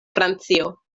francio